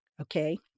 okay